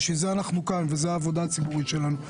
בשביל זה אנחנו כאן וזו העבודה הציבורית שלנו.